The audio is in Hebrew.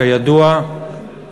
כידוע,